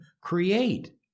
create